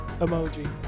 emoji